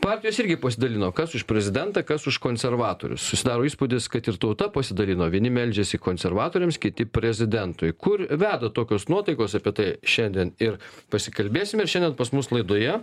partijos irgi pasidalino kas už prezidentą kas už konservatorius susidaro įspūdis kad ir tauta pasidalino vieni meldžiasi konservatoriams kiti prezidentui kur veda tokios nuotaikos apie tai šiandien ir pasikalbėsime ir šiandien pas mus laidoje